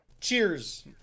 Cheers